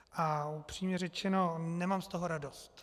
A upřímně řečeno, nemám z toho radost.